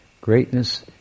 greatness